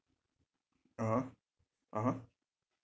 (uh huh) (uh huh)